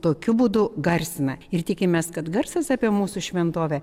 tokiu būdu garsina ir tikimės kad garsas apie mūsų šventovę